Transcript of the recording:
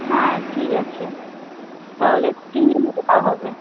হ্যাঁ ঠিক আছে তাহলে তিনজনে যাওয়া হবে